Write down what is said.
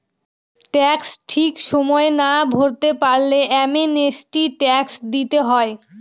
tax ঠিক সময়ে না ভরতে পারলে অ্যামনেস্টি ট্যাক্স দিতে হয়